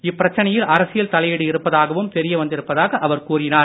இப்பிரச்சினையில் அரசியல் தலையீடு இருப்பதாகவும் தெரிய வந்திருப்பதாக அவர் கூறினார்